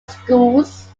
schools